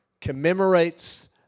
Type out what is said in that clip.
commemorates